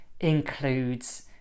includes